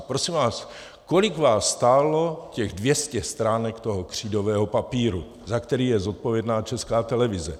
Prosím vás: Kolik vás stálo těch 200 stránek toho křídového papíru, za který je zodpovědná Česká televize?